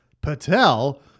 Patel